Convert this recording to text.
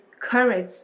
courage